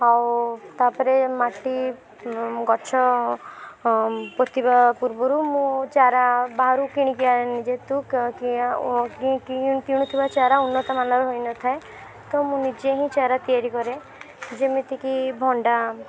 ଆଉ ତା'ପରେ ମାଟି ଗଛ ପୋତିବା ପୂର୍ବରୁ ମୁଁ ଚାରା ବାହାରୁ କିଣିକି ଆଣେ ଯେହେତୁ କ କିଣା କିଣୁଥିବା ଚାରା ଉନ୍ନତମାନର ହୋଇନଥାଏ ତ ମୁଁ ନିଜେ ହିଁ ଚାରା ତିଆରି କରେ ଯେମିତିକି ଭଣ୍ଡା